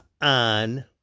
on